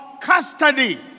custody